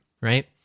right